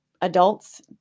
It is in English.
Adults